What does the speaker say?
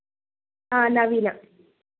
Naveena